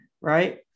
right